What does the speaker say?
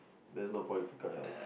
that's not political at all